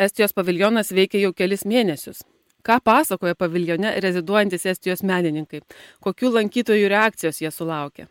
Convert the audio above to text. estijos paviljonas veikia jau kelis mėnesius ką pasakoja paviljone reziduojantys estijos menininkai kokių lankytojų reakcijos jie sulaukia